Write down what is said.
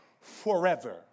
forever